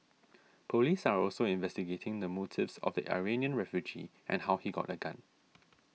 police are also investigating the motives of the Iranian refugee and how he got a gun